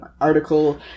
article